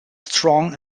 strong